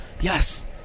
yes